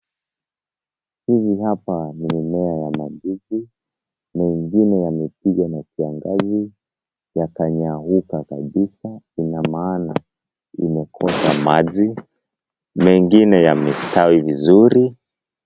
Hizi hapa ni mmea wa mandizi, mengine imepigwa na kiangazi yakanyauka kabisa, ina maana imekosa maji, mengine yamestawi vizuri.